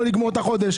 לא לגמור את החודש.